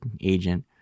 agent